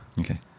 Okay